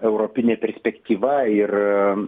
europinė perspektyva ir